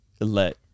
let